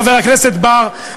חבר הכנסת בר,